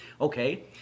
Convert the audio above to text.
Okay